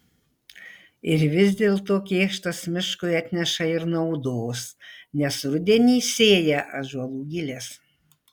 ir vis dėlto kėkštas miškui atneša ir naudos nes rudenį sėja ąžuolų giles